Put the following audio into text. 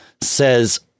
says